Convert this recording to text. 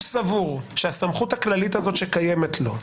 אם הוא סבור שהסמכות הכללית הזאת שקיימת לו,